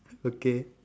okay